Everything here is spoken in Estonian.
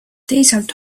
teisalt